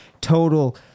total